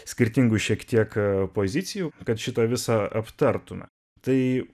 skirtingų šiek tiek pozicijų kad šitą visą aptartume tai